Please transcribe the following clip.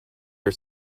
are